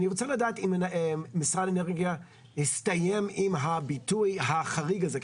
אני רוצה לדעת אם משרד האנרגיה הסתדר עם הביטוי החריג הזה,